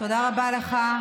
תודה רבה לך.